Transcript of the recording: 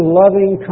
loving